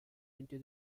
into